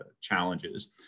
challenges